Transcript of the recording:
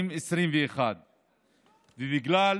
ובגלל